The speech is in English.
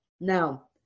Now